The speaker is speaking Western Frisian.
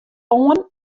oan